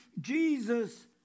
Jesus